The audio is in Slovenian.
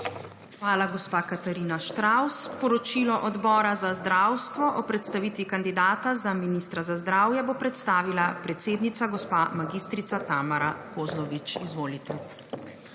Hvala, gospa Katarina Štravs. Poročilo Odbora za zdravstvo o predstavitvi kandidata za ministra za zdravje bo predstavila predsednica gospa mag. Tamara Kozlovič. Izvolite.